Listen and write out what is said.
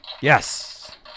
Yes